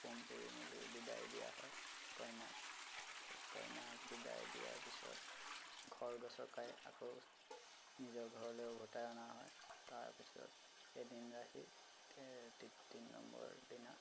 home পোৰি মেলি বিদায় দিয়া হয় কইনাক তাৰ পিছত কইনাক বিদায় দিয়াৰ পিছত ঘৰ গচকাই আকৌ নিজৰ ঘৰলৈ ওভতাই অনা হয় তাৰ পিছত এদিন ৰাখি তিনি নম্বৰ দিনা